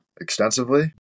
extensively